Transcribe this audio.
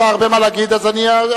יש לך הרבה מה להגיד, אז אני אשתיק.